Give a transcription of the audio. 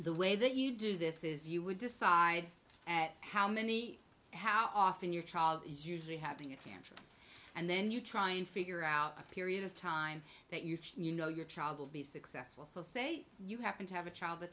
the way that you do this is you would decide at how many how often your child is usually having a tantrum and then you try and figure out a period of time that you know your child will be successful so say you happen to have a child